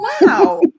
Wow